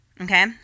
okay